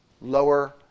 lower